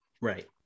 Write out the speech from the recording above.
Right